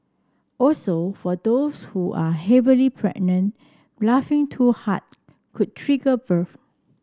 also for those who are heavily pregnant laughing too hard could trigger birth